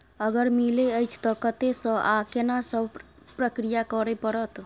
अगर मिलय अछि त कत्ते स आ केना सब प्रक्रिया करय परत?